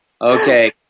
Okay